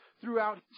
throughout